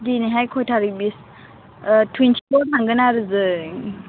दिनैहाय खय थारिख बिस टुइन्टिथुआव थांगोन आरो जों